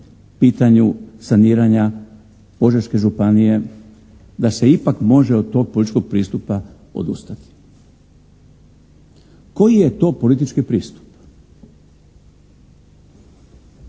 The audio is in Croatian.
pitanju saniranja Požeške županije, da se ipak može od tog političkog pristupa odustati. Koji je to politički pristup?